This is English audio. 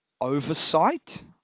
oversight